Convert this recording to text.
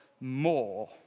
more